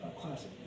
classic